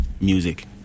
music